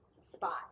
spot